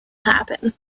happen